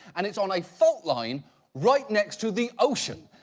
and it's on a fault line right next to the ocean.